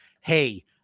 hey